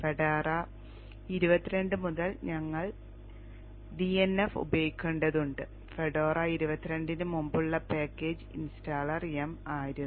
Fedora 22 മുതൽ ഞങ്ങൾ dnf ഉപയോഗിക്കേണ്ടതുണ്ട് ഫെഡോറ 22 ന് മുമ്പുള്ള പാക്കേജ് ഇൻസ്റ്റാളർ yum ആയിരുന്നു